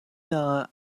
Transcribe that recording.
nahe